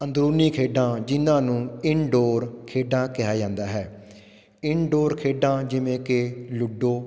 ਅੰਦਰੂਨੀ ਖੇਡਾਂ ਜਿਨ੍ਹਾਂ ਨੂੰ ਇਨਡੋਰ ਖੇਡਾਂ ਕਿਹਾ ਜਾਂਦਾ ਹੈ ਇਨਡੋਰ ਖੇਡਾਂ ਜਿਵੇਂ ਕਿ ਲੂਡੋ